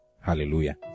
Hallelujah